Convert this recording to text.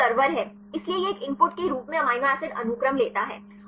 तो यह सर्वर है इसलिए यह एक इनपुट के रूप में एमिनो एसिड अनुक्रम लेता है